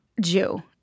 Jew